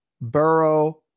Burrow